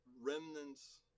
remnants